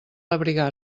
abrigar